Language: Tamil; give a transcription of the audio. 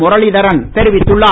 முரளிதரன் தெரிவித்துள்ளார்